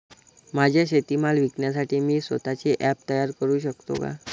माझा शेतीमाल विकण्यासाठी मी स्वत:चे ॲप तयार करु शकतो का?